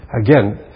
Again